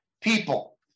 people